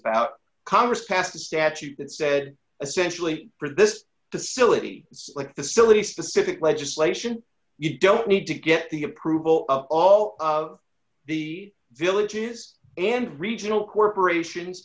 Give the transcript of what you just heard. about congress passed a statute that said essentially this the silly like the silly specific legislation you don't need to get the approval of all the villages and regional corporations